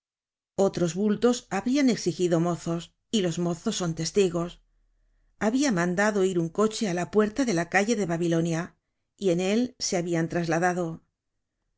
otros bultos habrian exigido mozos y los mozos son testigos habia mandado ir un coche á la puerta de la calle de babilonia y en él se habian trasladado